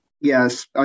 Yes